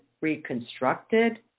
reconstructed